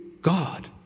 God